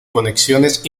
conexiones